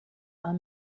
are